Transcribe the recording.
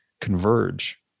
converge